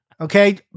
Okay